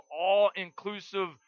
all-inclusive